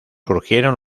surgieron